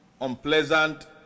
unpleasant